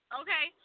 okay